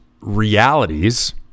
realities